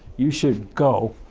you should go.